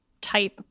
type